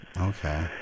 Okay